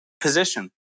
position